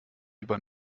über